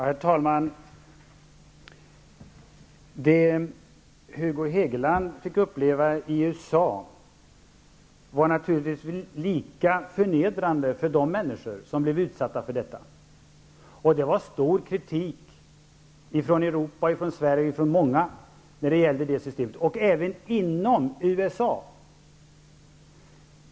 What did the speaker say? Herr talman! Det som Hugo Hegeland fick uppleva i USA var naturligtvis lika förnedrande för de människor som blev utsatta för det. Det förekom kritik från många -- från Europa, från Sverige, när det gällde det problemet. Även inom USA förekom kritik.